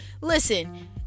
listen